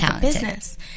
business